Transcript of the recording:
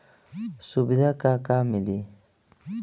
सुविधा का का मिली?